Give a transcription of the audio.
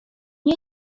nie